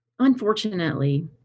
Unfortunately